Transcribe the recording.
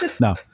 no